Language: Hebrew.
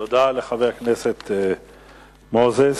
תודה לחבר הכנסת מוזס